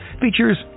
features